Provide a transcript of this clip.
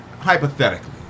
hypothetically